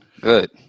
Good